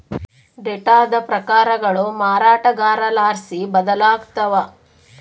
ಡೇಟಾದ ಪ್ರಕಾರಗಳು ಮಾರಾಟಗಾರರ್ಲಾಸಿ ಬದಲಾಗ್ತವ